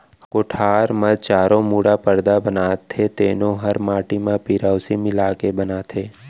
कोठार म चारों मुड़ा परदा बनाथे तेनो हर माटी म पेरौसी मिला के बनाथें